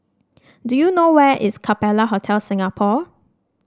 do you know where is Capella Hotel Singapore